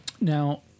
now